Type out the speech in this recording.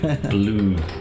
Blue